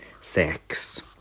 sex